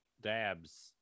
dabs